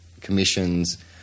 commissions